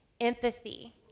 empathy